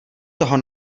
toho